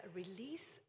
release